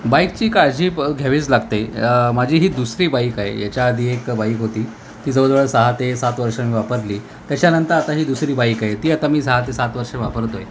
बाईकची काळजी ब घ्यावीच लागते माझी ही दुसरी बाईक आहे याच्या आधी एक बाईक होती ती जवळजवळ सहा ते सात वर्ष मी वापरली त्याच्यानंतर आता ही दुसरी बाईक आहे ती आता मी सहा ते सात वर्ष वापरतो आहे